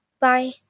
Bye